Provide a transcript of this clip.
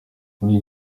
burya